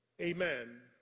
amen